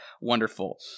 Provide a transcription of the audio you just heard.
wonderful